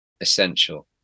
Essential